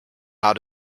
how